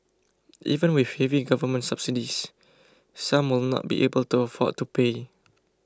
even with heavy government subsidies some will not be able to afford to pay